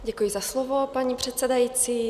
Děkuji za slovo, paní předsedající.